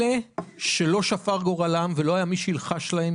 אלה שלא שפר גורלם ולא היה מי שילחש להם,